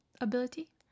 ability